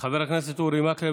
חבר הכנסת אורי מקלב.